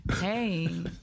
Hey